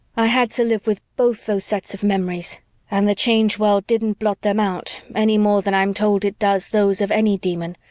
i had to live with both those sets of memories and the change world didn't blot them out any more than i'm told it does those of any demon,